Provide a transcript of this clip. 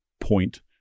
point